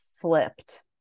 flipped